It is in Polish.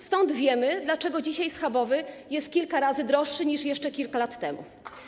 Stąd wiemy, dlaczego dzisiaj schabowy jest kilka razy droższy niż jeszcze kilka lat temu.